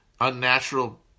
unnatural